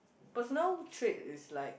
personal trait is like